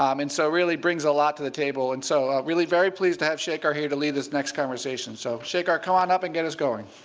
um and so really brings a lot to the table. and so we're really very pleased to have shekar here to lead this next conversation. so shekar, come on up and get us going.